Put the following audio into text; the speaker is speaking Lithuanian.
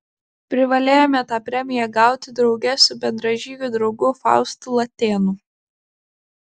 privalėjome tą premiją gauti drauge su bendražygiu draugu faustu latėnu